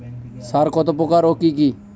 সার কত প্রকার ও কি কি?